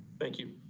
thank you.